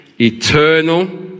eternal